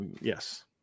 Yes